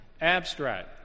Abstract